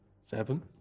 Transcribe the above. Seven